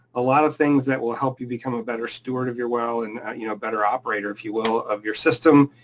a lot of things that will help you become a better steward of your well, and you know a better operator, if you will, of your system.